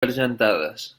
argentades